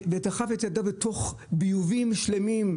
דחף את ידיו לתוך ביובים שלמים,